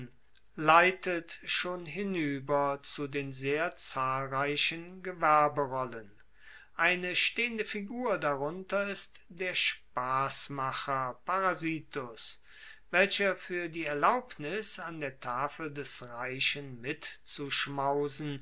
leitet schon hinueber zu den sehr zahlreichen gewerberollen eine stehende figur darunter ist der spassmacher parasitus welcher fuer die erlaubnis an der tafel des reichen mitzuschmausen